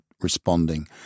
responding